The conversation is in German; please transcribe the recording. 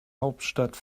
hauptstadt